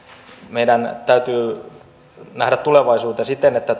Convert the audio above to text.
meidän täytyy nähdä tulevaisuuteen siten että